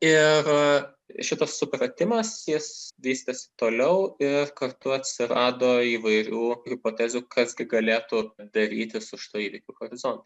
ir šitas supratimas jis vystėsi toliau ir kartu atsirado įvairių hipotezių kas gi galėtų darytis už tų įvykių horizonto